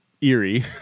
eerie